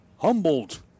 Humboldt